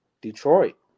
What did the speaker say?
Detroit